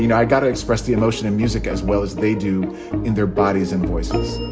you know i got to express the emotion in music as well as they do in their bodies and voices